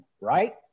right